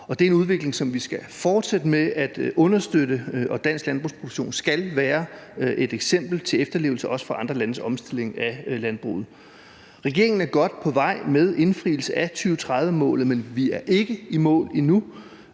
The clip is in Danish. Det er en udvikling, vi skal fortsætte med at understøtte, og dansk landbrugsproduktion skal være et eksempel til efterlevelse også for andre landes omstilling af landbruget. Regeringen er godt på vej med indfrielse af 2030-målet, men vi er ikke i mål endnu,